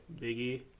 Biggie